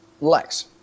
Lex